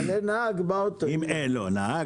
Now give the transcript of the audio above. אבל באוטו אין נהג.